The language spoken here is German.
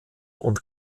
und